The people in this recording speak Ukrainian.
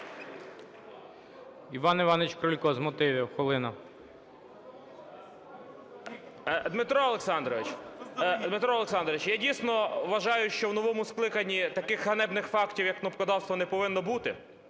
Дмитро Олександрович! Я, дійсно, вважаю, що в новому скликанні таких ганебних фактів, як кнопкодавство, не повинно бути,